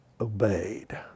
obeyed